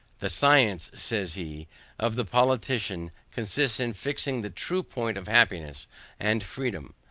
the science says he of the politician consists in fixing the true point of happiness and freedom.